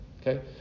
okay